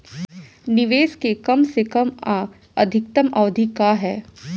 निवेश के कम से कम आ अधिकतम अवधि का है?